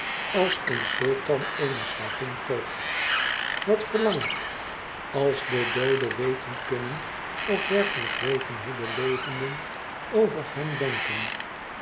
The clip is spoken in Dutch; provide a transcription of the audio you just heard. als een sultan eene slavin koopt wat verlang ik als de dooden weten kunnen of werkelijk weten hoe de levenden over hen denken